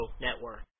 network